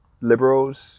liberals